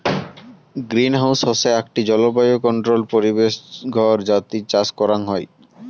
greenhouse হসে আকটি জলবায়ু কন্ট্রোল্ড পরিবেশ ঘর যাতি চাষ করাং হই